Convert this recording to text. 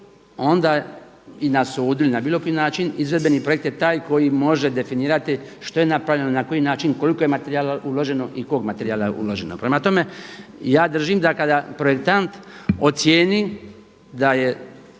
onda i na sudu ili na bilo koji način izvedbeni projekt je taj koji može definirati što je napravljeno, na koji način, koliko je materijala uloženo i kog materijala je uloženo. Prema tome, ja držim da kada projektant ocijeni da je